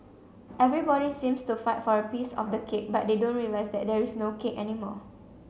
everybody seems to fight for a piece of the cake but they don't realise that there is no cake anymore